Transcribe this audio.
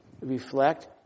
reflect